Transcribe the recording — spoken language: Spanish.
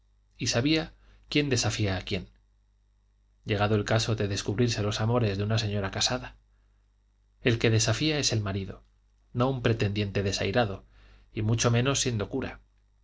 y sabía quién desafía a quién llegado el caso de descubrirse los amores de una señora casada el que desafía es el marido no un pretendiente desairado y mucho menos siendo cura